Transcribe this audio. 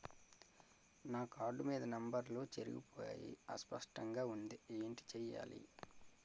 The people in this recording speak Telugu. నా కార్డ్ మీద నంబర్లు చెరిగిపోయాయి అస్పష్టంగా వుంది ఏంటి చేయాలి?